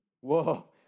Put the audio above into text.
Whoa